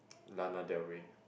Lana-Del-Ray